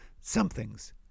somethings